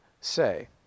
say